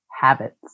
habits